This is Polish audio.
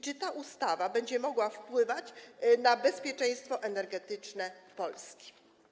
Czy ta ustawa będzie mogła wpływać na bezpieczeństwo energetyczne Polski?